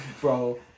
bro